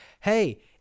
Hey